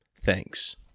Thanks